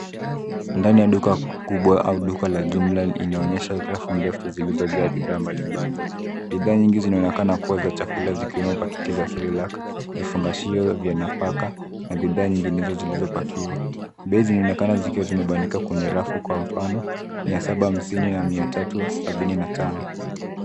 Ndani ya duka kubwa au duka la jumbla linaonyesha rafu ndefu zilizojaa bidhaa mbali mbali. Bidhaa nyingi zinaonekana kuwa cha chakula zikiwemo paketi ya cerelac vifungashio vya nafaka na bidhaa nyinginezo zilizopakiwa. Pei zinaonekana zikiwa zimepandikwa kwenye rafu kwa mfano 750 na 355.